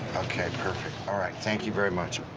ok, perfect. all right, thank you very much.